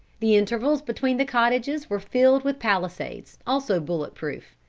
the intervals between the cottages were filled with palisades, also bullet-proof.